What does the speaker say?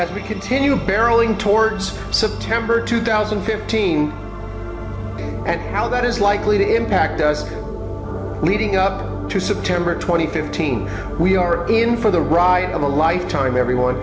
as we continue barreling towards september two thousand and fifteen and how that is likely to impact as leading up to september twenty fifth we are in for the ride of a lifetime everyone